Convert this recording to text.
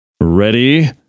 Ready